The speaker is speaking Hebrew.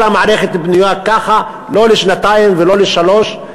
כל המערכת בנויה ככה, לא לשנתיים ולא לשלוש שנים.